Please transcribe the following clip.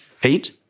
Pete